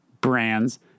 brands